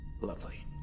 Lovely